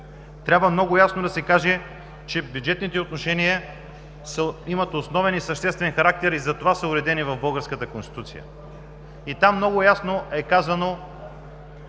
Трябва много ясно да се каже, че бюджетните отношения имат основен и съществен характер и затова са уредени в българската Конституция. Там много ясно е казано